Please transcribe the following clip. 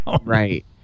Right